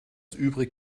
übrig